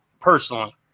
personally